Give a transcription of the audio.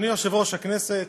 אדוני יושב-ראש הכנסת,